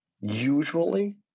usually